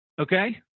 Okay